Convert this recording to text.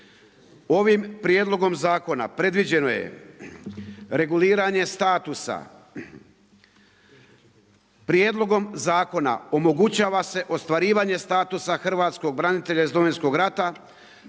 Ovim prijedlogom zakona predviđeno je reguliranje statusa. Prijedlogom zakona omogućava se ostvarivanje statusa hrvatskog branitelja iz Domovinskog rata